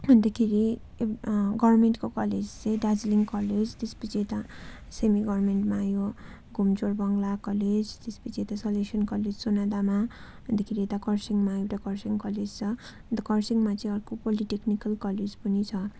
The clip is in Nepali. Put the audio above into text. अन्तखेरि गभर्मेन्टको कलेज चाहिँ दार्जिलिङ कलेज त्यस पछि यता सेमी गभर्मेन्टमा आयो घुम जोरबङ्ला कलेज त्यस पछि यता सलेसियन कलेज सुनादामा अन्तखेरि यता कर्सियङमा एउटा कर्सियङ कलेज छ अन्त कर्सियङमा चाहिँ अर्को पोलिटेकनिकल कलेज पनि छ